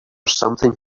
something